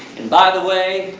and by the way,